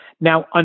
Now